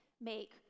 make